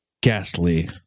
ghastly